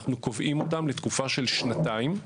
אנחנו קובעים אותם לתקופה של שנתיים.